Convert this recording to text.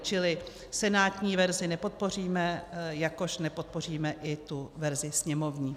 Čili senátní verzi nepodpoříme, jakož nepodpoříme i tu verzi sněmovní.